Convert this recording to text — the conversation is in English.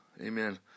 amen